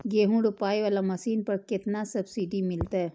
गेहूं रोपाई वाला मशीन पर केतना सब्सिडी मिलते?